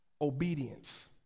obedience